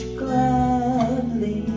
gladly